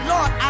Lord